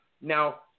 Now